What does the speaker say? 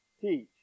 teach